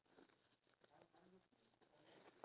I hope so man